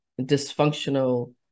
dysfunctional